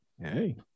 hey